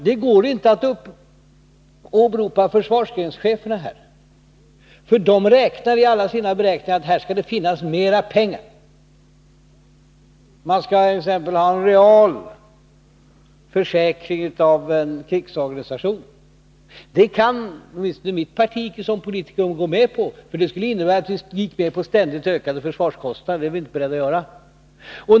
Det går inte att åberopa försvarsgrenscheferna här, för i alla sina beräkningar utgår de från att det kommer att finnas mera pengar. De vill t.ex. ha en säkrad realnivå på krigsorganisationen. Det kan åtminstone vi inom mitt parti som politiker inte gå med på. Det innebär att vi skulle gå med på ständigt ökade försvarskostnader, men det är vi inte beredda att göra.